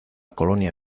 colonia